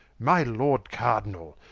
my lord cardinall,